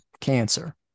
cancer